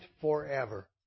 forever